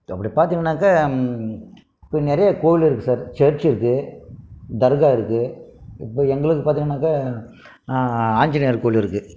அப்படி பார்த்திங்கனாக்க இப்போ நிறைய கோவில் இருக்குது சார் சர்ச் இருக்குது தர்கா இருக்குது இப்போ எங்களுக்கு பார்த்திங்கன்னாக்க நான் ஆஞ்சிநேயர் கோவில் இருக்குது